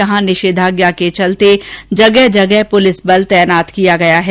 यहां निषेधाज्ञा के चलते जगह जगह पुलिस बल तैनात किया गया है